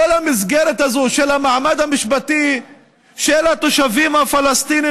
כל המסגרת הזאת של המעמד המשפטי של התושבים הפלסטינים